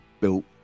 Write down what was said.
built